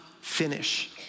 finish